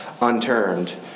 unturned